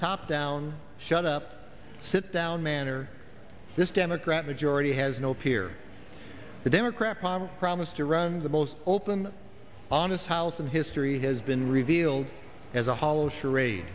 top down shut up sit down manner this democrat majority has no fear the democrat plan a promise to run the most open honest house in history has been revealed as a hollow charade